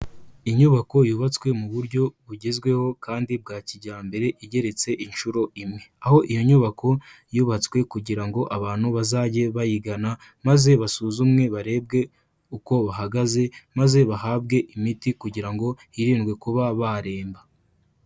Inyubako yubatswe mu buryo bugezweho kandi bwa kijyambere igeretse inshuro imwe, aho iyo nyubako yubatswe kugira ngo abantu bazajye bayigana maze basuzumwe barebwe uko bahagaze, maze bahabwe imiti kugira ngo hirindwe kuba baremba.